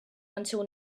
until